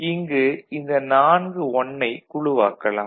இங்கு இந்த 4 "1" ஐ குழுவாக்கலாம்